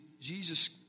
Jesus